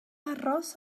aros